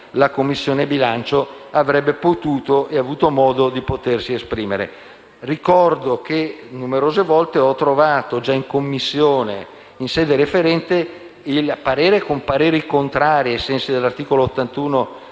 5a Commissione avrebbe potuto e avuto modo di potersi esprimere. Ricordo che numerose volte ho trovato già in Commissione in sede referente il parere contrario ai sensi dell'articolo 81